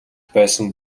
байсан